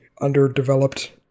underdeveloped